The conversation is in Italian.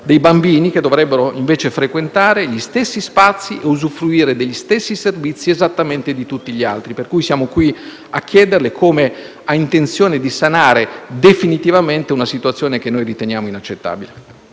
dei bambini che dovrebbero invece frequentare gli stessi spazi e usufruire degli stessi servizi esattamente di tutti gli altri. Siamo pertanto a chiederle come ha intenzione di sanare definitivamente una situazione che noi riteniamo inaccettabile.